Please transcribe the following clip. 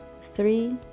three